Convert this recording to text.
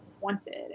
wanted